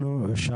עברה